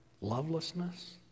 lovelessness